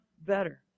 better